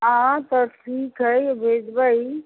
हँ तऽ ठीक हइ भेजबै